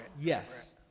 Yes